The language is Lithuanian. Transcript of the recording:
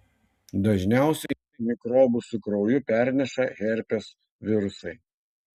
dažniausiai mikrobus su krauju perneša herpes virusai